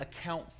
account